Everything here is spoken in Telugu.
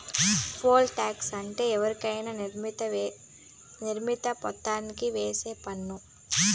పోల్ టాక్స్ అంటే ఎవరికైనా నిర్ణీత మొత్తానికి ఏసే పన్ను